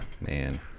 man